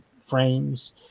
frames